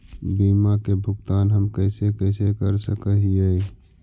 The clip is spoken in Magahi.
बीमा के भुगतान हम कैसे कैसे कर सक हिय?